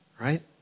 right